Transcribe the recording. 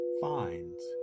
finds